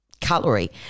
cutlery